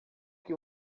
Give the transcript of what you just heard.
que